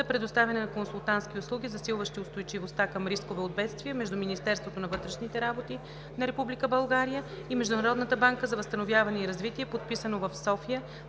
предоставяне на консултантски услуги, засилващи устойчивостта към рискове от бедствия, между Министерството на вътрешните работи на Република България и Международната банка за възстановяване и развитие, подписано в София